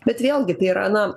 bet vėlgi tai yra na